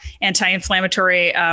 anti-inflammatory